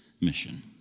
mission